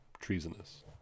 treasonous